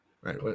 Right